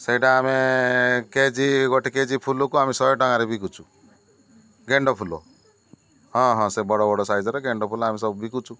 ସେଇଟା ଆମେ କେଜି ଗୋଟେ କେଜି ଫୁଲକୁ ଆମେ ଶହେ ଟଙ୍କାରେ ବିକୁଛୁ ଗେଣ୍ଡୁ ଫୁଲ ହଁ ହଁ ସେ ବଡ଼ ବଡ଼ ସାଇଜର ଗେଣ୍ଡୁ ଫୁଲ ଆମେ ସବୁ ବିକୁଛୁ